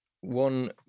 One